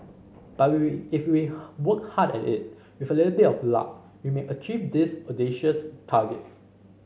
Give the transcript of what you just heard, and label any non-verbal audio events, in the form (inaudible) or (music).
but we if we (unintelligible) work hard at it with a little bit of luck we may achieve these audacious targets